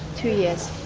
two years.